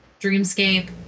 Dreamscape